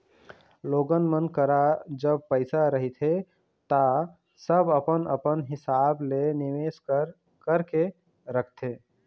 लोगन मन करा जब पइसा रहिथे ता सब अपन अपन हिसाब ले निवेस कर करके रखथे